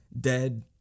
dead